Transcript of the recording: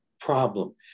problem